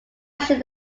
should